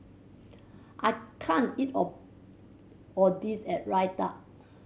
I can't eat all of this Raita